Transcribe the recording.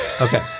Okay